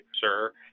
sir